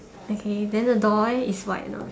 okay then the door eh is white or not